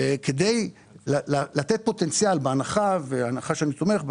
כדי לתת פוטנציאל בהנחה הנחה שאני תומך בה